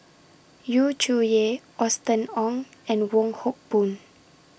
Yu Zhuye Austen Ong and Wong Hock Boon